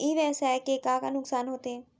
ई व्यवसाय के का का नुक़सान होथे?